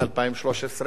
ואז הולכים לבחירות.